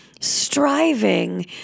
striving